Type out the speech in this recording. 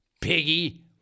Piggy